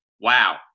Wow